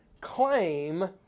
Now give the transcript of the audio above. claim